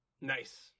Nice